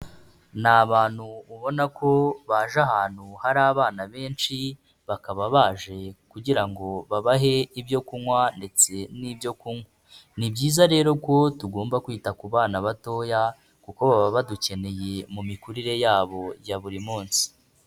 Ni abantu ubona ko baje ahantu hari abana benshi, bakaba baje kugira ngo babahe ibyo kunywa ndetse n'ibyo kunywa, ni byiza rero ko tugomba kwita ku bana batoya kuko baba badukeneye mu mikurire yabo ya buri munsi.